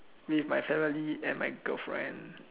with my family and my girlfriend